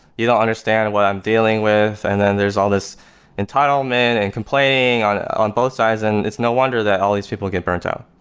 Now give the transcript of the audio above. you don't understand what i'm dealing with. and then there's all this entitlement and complaining on on both sides, and it's no wonder that all these people get burnt out,